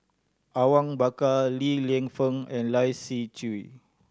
Awang Bakar Li Lienfung and Lai Siu Chiu